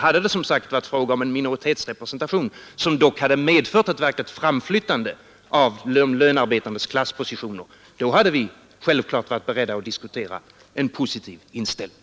Hade det som sagt varit fråga om en minoritetsrepresentation, som dock hade medfört ett verkligt framflyttande av de lönarbetandes klasspositioner, då hade vi självfallet varit beredda att diskutera en positiv inställning.